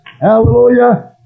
Hallelujah